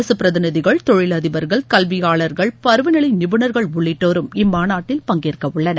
அரசு பிரதிநிதிகள் தொழிலதிபர்கள் கல்வியாளர்கள் பருவநிலை நிபுணர்கள் உள்ளிட்டோரும் இம் மாநாட்டில் பங்கேற்கவுள்ளனர்